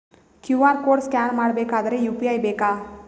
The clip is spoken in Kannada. ಕ್ಯೂ.ಆರ್ ಕೋಡ್ ಸ್ಕ್ಯಾನ್ ಮಾಡಬೇಕಾದರೆ ಯು.ಪಿ.ಐ ಬೇಕಾ?